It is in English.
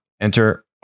enter